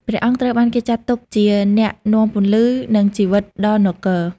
ព្រះអង្គត្រូវបានគេចាត់ទុកជាអ្នកនាំពន្លឺ និងជីវិតដល់នគរ។